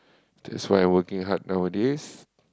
that's why I working hard nowadays